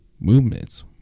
movements